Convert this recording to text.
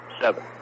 seven